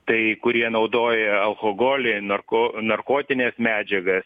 tai kurie naudoja alkoholį narko narkotines medžiagas